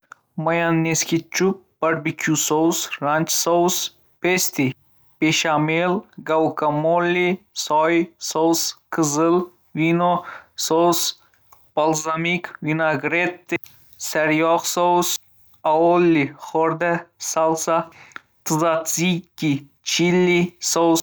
Mayonez, ketchup, barbekyu sos, ranch sos, pesto, beshamel, guakamole, soy sos, qizil vino sos, balzamik vinaigrette, sariyog‘ sos, aoli, xo‘rda, salsa, tzatziki, chili sos.